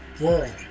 world